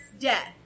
death